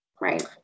right